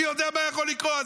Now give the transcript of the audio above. מי יודע מה יכול לקרות?